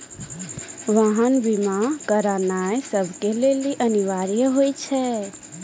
वाहन बीमा करानाय सभ के लेली अनिवार्य होय छै